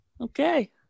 okay